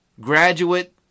graduate